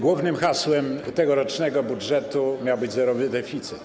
Głównym hasłem tegorocznego budżetu miał być zerowy deficyt.